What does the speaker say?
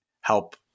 help